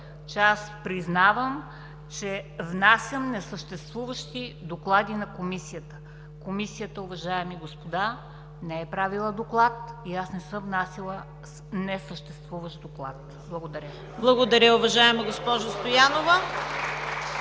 че аз признавам, че внасям несъществуващи доклади на Комисията. Комисията, уважаеми господа, не е правила доклад и аз не съм внасяла несъществуващ доклад! Благодаря. ПРЕДСЕДАТЕЛ ЦВЕТА КАРАЯНЧЕВА: Благодаря, уважаема госпожо Стоянова.